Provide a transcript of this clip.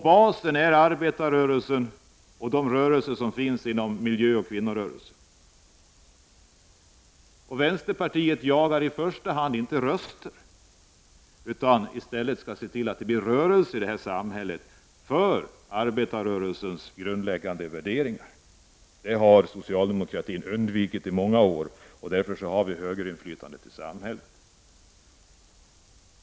Basen är arbetarrörelsen och miljöoch kvinnorörelserna. Vänsterpartiet jagar inte i första hand röster utan vill i stället se till att det blir engagemang i samhället för arbetarrörelsens grundläggande värderingar. Det har socialdemokratin undvikit i många år. Därför har vi högerinflytandet i samhället.